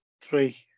Three